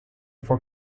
for